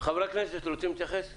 חברי הכנסת, רוצים להתייחס?